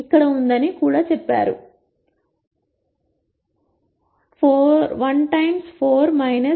మునుపటి ఉపన్యాసం నుండి మనకు తెలుసు ర్యాంక్ 1 మరియు నిలువు వరుసల సంఖ్య 2 శూన్యత 1